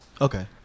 Okay